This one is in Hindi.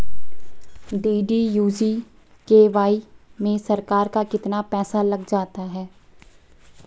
डी.डी.यू जी.के.वाई में सरकार का कितना पैसा लग जाता है?